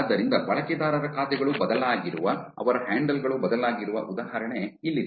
ಆದ್ದರಿಂದ ಬಳಕೆದಾರರ ಖಾತೆಗಳು ಬದಲಾಗಿರುವ ಅವರ ಹ್ಯಾಂಡಲ್ ಗಳು ಬದಲಾಗಿರುವ ಉದಾಹರಣೆ ಇಲ್ಲಿದೆ